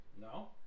No